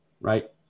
right